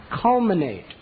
culminate